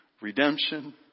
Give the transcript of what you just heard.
redemption